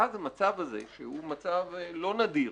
ואז המצב הזה שהוא מצב לא נדיר,